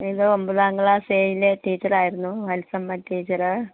ഇത് ഒമ്പതാം ക്ലാസ് എയിലെ ടീച്ചർ ആയിരുന്നു വത്സമ്മ ടീച്ചർ